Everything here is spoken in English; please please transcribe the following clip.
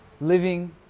Living